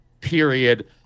period